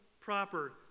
proper